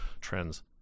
trends